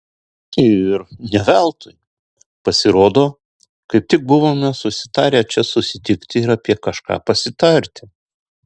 ir ne veltui pasirodo kaip tik buvome susitarę čia susitikti ir apie kažką pasitarti